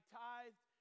tithed